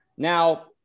Now